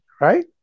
right